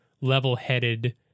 level-headed